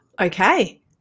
Okay